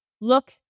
look